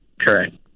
Correct